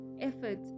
effort